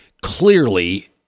Clearly